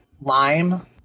lime